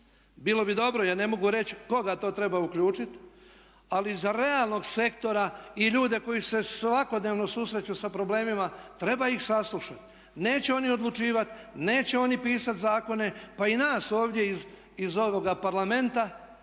bilo bi dobro, ja ne mogu reći koga to treba uključiti, ali iz realnog sektora i ljude koji se svakodnevno susreću sa problemima treba ih saslušati. Neće oni odlučivati, neće oni pisati zakone pa i nas ovdje iz ovog Parlamenta